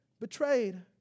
betrayed